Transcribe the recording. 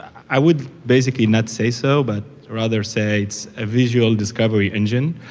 i would basically not say so, but rather say it's a visual discovery engine.